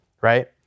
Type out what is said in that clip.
Right